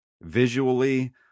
Visually